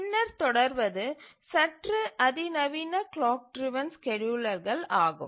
பின்னர் தொடர்வது சற்று அதிநவீன கிளாக் டிரவன் ஸ்கேட்யூலர்கள் ஆகும்